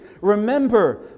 Remember